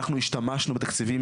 אנחנו השתמשנו בתקציבים.